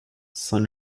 san